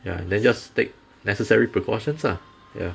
ya and then just take necessary precautions ah ya